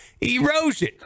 erosion